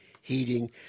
heating